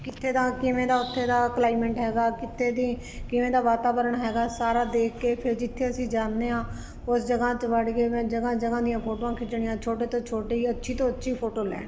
ਕਿੱਥੇ ਦਾ ਕਿਵੇਂ ਦਾ ਓਥੇ ਦਾ ਕਲਾਈਮੇਟ ਹੈਗਾ ਕਿੱਥੇ ਦੀ ਕਿਵੇਂ ਦਾ ਵਾਤਾਵਰਨ ਹੈਗਾ ਸਾਰਾ ਦੇਖ ਕੇ ਫੇਰ ਜਿੱਥੇ ਅਸੀਂ ਜਾਂਦੇ ਹਾਂ ਓਸ ਜਗ੍ਹਾ 'ਚ ਵੜ ਕੇ ਮੈਂ ਜਗ੍ਹਾ ਜਗ੍ਹਾ ਦੀਆਂ ਫੋਟੋਆਂ ਖਿੱਚਣੀਆਂ ਛੋਟੇ ਤੋਂ ਛੋਟੀ ਅੱਛੀ ਤੋਂ ਅੱਛੀ ਫ਼ੋਟੋ ਲੈਣੀ